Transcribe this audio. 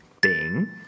Bing